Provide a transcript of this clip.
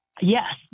yes